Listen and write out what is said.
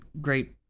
great